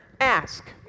ask